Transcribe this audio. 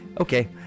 Okay